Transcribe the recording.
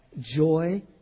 joy